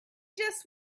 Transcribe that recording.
just